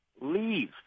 leave